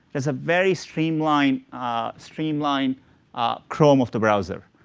there's a very streamlined streamlined ah chrome of the browser.